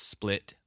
Split